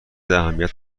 اهمیت